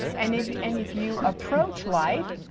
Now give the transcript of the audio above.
and if and if you approach life,